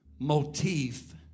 Motif